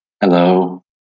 Hello